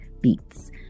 beats